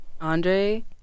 andre